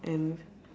and